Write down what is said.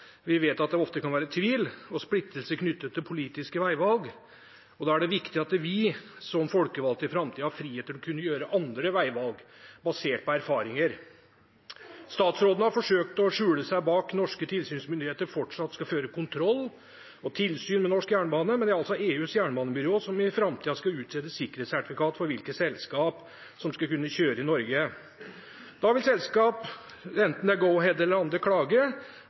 Vi vet at det ofte kan være tvil og splittelse knyttet til politiske veivalg, og da er det viktig at vi, som folkevalgte, i framtiden har frihet til å kunne gjøre andre veivalg og se på erfaringer. Statsråden har forsøkt å skjule seg bak at norske tilsynsmyndigheter fortsatt skal føre kontroll og tilsyn med norsk jernbane, men det er EUs jernbanebyrå som i framtiden skal utstede sikkerhetssertifikat for selskap som skal kunne kjøre i Norge. Da vil selskap – enten det er Go-Ahead eller andre – klage,